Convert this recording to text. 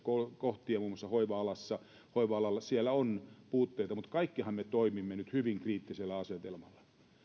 kohtia muun muassa hoiva alalta siellä on puutteita mutta kaikkihan me toimimme nyt hyvin kriittisellä asetelmalla on